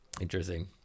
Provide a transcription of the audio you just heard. Interesting